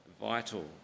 vital